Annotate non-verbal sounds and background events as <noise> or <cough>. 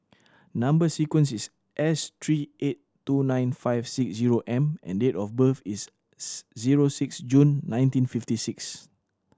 number sequence is S three eight two nine five six zero M and date of birth is <unintelligible> zero six June nineteen fifty six